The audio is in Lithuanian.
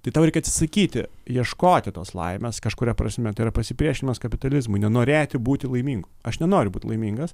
tai tau reikia atsisakyti ieškoti tos laimės kažkuria prasme tai yra pasipriešinimas kapitalizmui nenorėti būti laimingu aš nenoriu būt laimingas